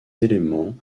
éléments